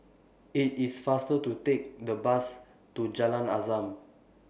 IT IS faster to Take The Bus to Jalan Azam